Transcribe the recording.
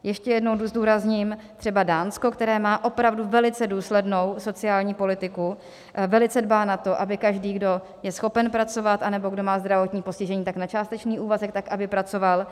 Ještě jednou zdůrazním třeba Dánsko, které má opravdu velice důslednou sociální politiku, velice dbá na to, aby každý, kdo je schopen pracovat nebo kdo má zdravotní postižení, tak na částečný úvazek aby pracoval.